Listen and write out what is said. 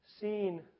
seen